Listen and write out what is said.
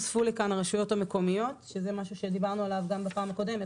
הוספו לכאן הרשויות המקומיות שזה משהו שדיברנו עליו גם בפעם הקודמת,